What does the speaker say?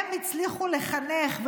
הם הצליחו לחנך,